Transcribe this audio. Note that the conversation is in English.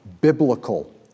biblical